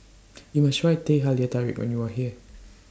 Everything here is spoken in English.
YOU must Try Teh Halia Tarik when YOU Are here